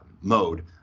mode